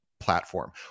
platform